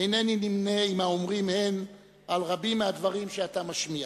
אינני נמנה עם האומרים "הן" על רבים מהדברים שאתה משמיע.